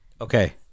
Okay